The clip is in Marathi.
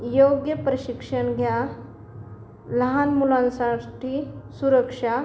योग्य प्रशिक्षण घ्या लहान मुलांसाठी सुरक्षा